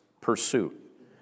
pursuit